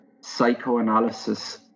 psychoanalysis